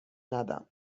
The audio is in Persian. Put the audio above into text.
ندم